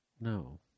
No